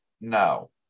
No